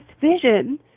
vision